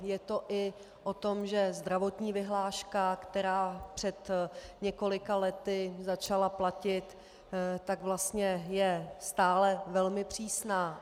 Je to i o tom, že zdravotní vyhláška, která před několika lety začala platit, je vlastně stále velmi přísná.